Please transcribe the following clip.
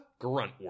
Gruntwork